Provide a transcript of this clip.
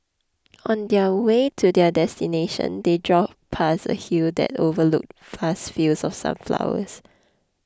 on their way to their destination they drove past a hill that overlooked vast fields of sunflowers